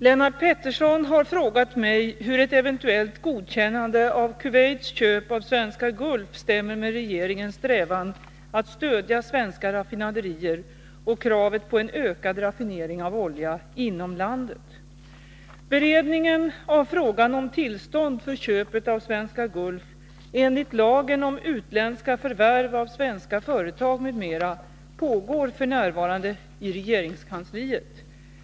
Lennart Pettersson har frågat mig hur ett eventuellt godkännande av Kuwaits köp av Svenska Gulf stämmer med regeringens strävan att stödja svenska raffinaderier och kravet på en ökad raffinering av olja inom landet. Beredningen av frågan om tillstånd för köpet av Svenska Gulf enligt lagen om utländska förvärv av svenska företag m.m. pågår f. n. i regeringskansliet.